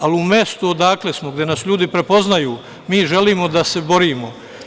Ali u mestu odakle smo, gde nas ljudi prepoznaju, mi želimo da se borimo.